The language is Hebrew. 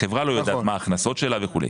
החברה לא יודעת מה ההכנסות שלה וכו',